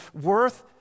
worth